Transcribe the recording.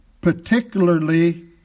particularly